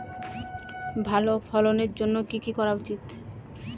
ভালো ফলনের জন্য কি কি করা উচিৎ?